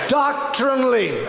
doctrinally